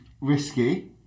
risky